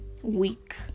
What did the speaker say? Week